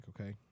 okay